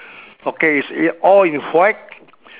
okay it's all in white